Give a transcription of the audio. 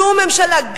שום ממשלה,